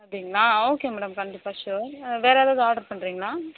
அப்படிங்களா okay madam கண்டிப்பாக sure வேறு ஏதாவது ஆட்ரு பண்ணுறீங்களா